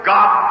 God